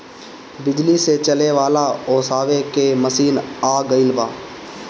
बिजली से चले वाला ओसावे के मशीन आ गइल बा